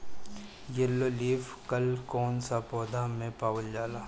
Yellow leaf कल कौन सा पौधा में पावल जाला?